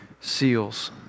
seals